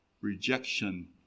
rejection